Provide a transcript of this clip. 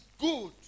good